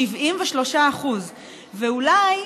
73%. ואולי,